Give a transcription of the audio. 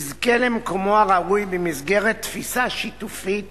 יזכה למקומו הראוי במסגרת תפיסה שיתופית